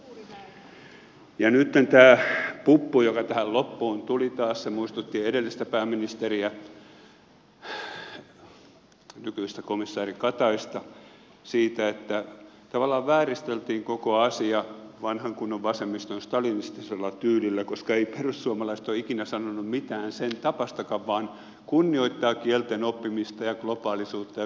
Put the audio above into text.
nytten tämä puppu joka tähän loppuun tuli taas muistutti edellistä pääministeriä nykyistä komissaari kataista siitä että tavallaan vääristeltiin koko asia vanhan kunnon vasemmiston stalinistisella tyylillä koska eivät perussuomalaiset ole ikinä sanoneet mitään sen tapaistakaan vaan kunnioittavat kielten oppimista ja globaalisuutta ja kaikkea muuta